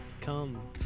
come